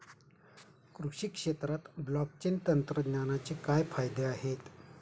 कृषी क्षेत्रात ब्लॉकचेन तंत्रज्ञानाचे काय फायदे आहेत?